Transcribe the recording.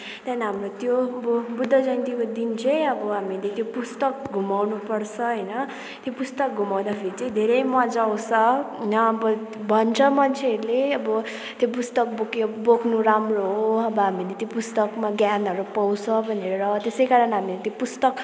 त्यहाँदेखि हाम्रो त्यो अब बुद्ध जयन्तीको दिन चाहिँ अब हामीले त्यो पुस्तक घुमाउनुपर्छ होइन त्यो पुस्तक घुमाउँदाखेरि चाहिँ धेरै मजा आउँछ होइन अब भन्छ मान्छेहरूले अब त्यो पुस्तक बोक्यो बोक्नु राम्रो हो अब हामीले त्यो पुस्तकमा ज्ञानहरू पाउँछ भनेर त्यसै कारण हामीले त्यो पुस्तक